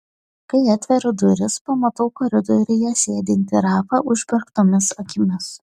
kai atveriu duris pamatau koridoriuje sėdintį rafą užmerktomis akimis